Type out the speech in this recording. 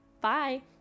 Bye